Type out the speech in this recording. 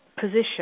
position